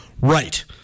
Right